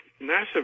NASA